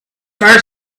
for